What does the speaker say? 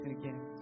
again